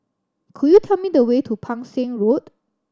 could you tell me the way to Pang Seng Road